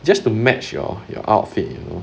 just to match your your outfit you know